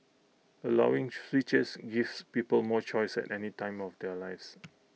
allowing switches gives people more choice at any time of their lives